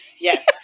Yes